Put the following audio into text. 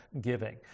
giving